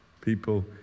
people